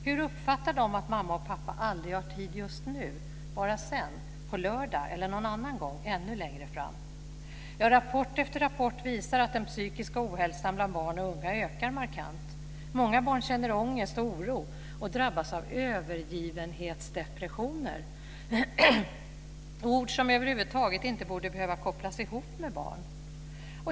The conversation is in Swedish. Hur uppfattar de att mamma och pappa aldrig har tid just nu, bara sedan, på lördag eller någon gång ännu längre fram? Rapport efter rapport visar att den psykiska ohälsan bland barn och unga ökar markant. Många barn känner ångest och oro och drabbas av övergivenhetsdepressioner. Det är ord som över huvud taget inte borde behöva kopplas ihop med barn.